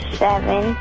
seven